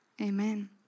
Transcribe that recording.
amen